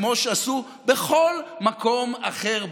כמו שעשו בכל מקום אחר בעולם,